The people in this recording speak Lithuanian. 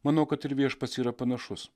manau kad ir viešpats yra panašus